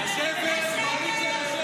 אתם פוחדים לדבר על זה.